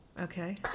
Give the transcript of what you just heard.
Okay